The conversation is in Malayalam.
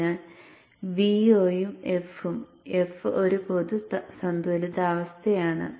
അതിനാൽ Vo യും f ഉം f ഒരു പൊതു സന്തുലിതാവസ്ഥയാണ്